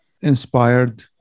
inspired